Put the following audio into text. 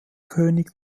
könig